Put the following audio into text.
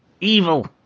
Evil